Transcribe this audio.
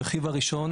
הרכיב הראשון